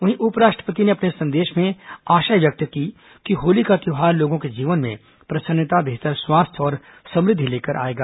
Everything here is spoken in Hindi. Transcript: वहीं उपराष्ट्रपति ने अपने संदेश में आशा व्यक्त की कि होली का त्योहार लोगों के जीवन में प्रसन्नता बेहतर स्वास्थ और समृद्धि लेकर आएगा